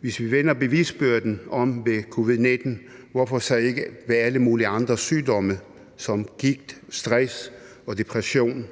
Hvis vi vender bevisbyrden om i forbindelse med covid-19, hvorfor så ikke ved alle mulige andre sygdomme som gigt, stress og depression?